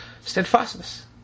steadfastness